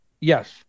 Yes